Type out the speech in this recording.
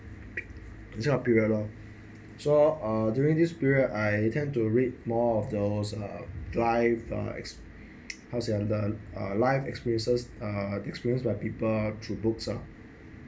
this kind of period lor so ah during this period I tend to read more of those uh life exp~ how to say ah life experiences uh experience by people through books ah